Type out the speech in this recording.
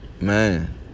man